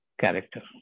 character